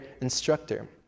instructor